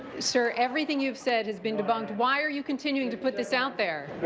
sir, everything you've said has been debunked, why are you continuing to put this out there?